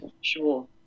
sure